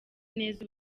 neza